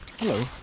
Hello